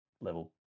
level